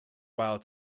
while